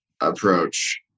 approach